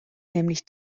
nämlich